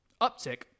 uptick